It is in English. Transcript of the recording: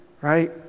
Right